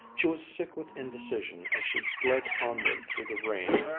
she was sick with indecision as she fled onward through the rain.